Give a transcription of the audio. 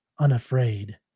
unafraid